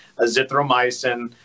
azithromycin